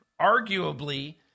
arguably